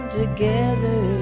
together